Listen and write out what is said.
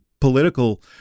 political